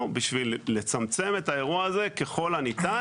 בשביל לצמצם את האירוע הזה ככל הניתן.